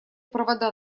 провода